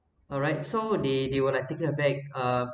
alright so they they were like taken aback uh